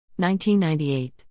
1998